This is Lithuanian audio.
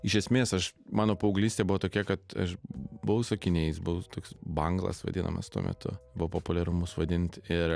iš esmės aš mano paauglystė buvo tokia kad aš buvau su akiniais buvau toks banglas vadinamas tuo metu buvo populiaru mus vadint ir